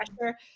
pressure